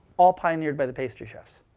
all pioneered by the pastry chefs.